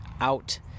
out